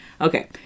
Okay